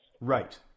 Right